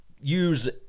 use